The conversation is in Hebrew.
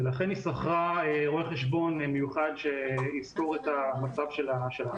ולכן היא שכרה רואה חשבון מיוחד שיסקור את המצב של העמותה.